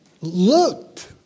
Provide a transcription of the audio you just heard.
looked